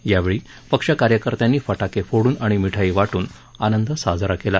यावेळी पक्षकार्यकर्त्यांनी फटाके फोडून आणि मिठाई वाटून आनंद साजरा केला